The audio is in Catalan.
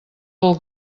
del